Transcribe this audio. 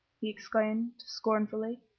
he exclaimed, scornfully.